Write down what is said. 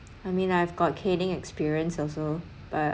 I mean I've got caning experience also but